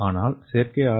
ஆனால் செயற்கை ஆர்